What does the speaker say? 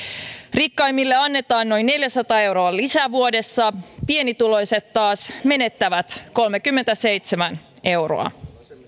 rikkaimmille annetaan noin neljäsataa euroa lisää vuodessa pienituloiset taas menettävät kolmekymmentäseitsemän euroa